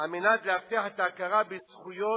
כדי להבטיח את ההכרה בזכויות